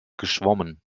geschwommen